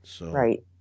Right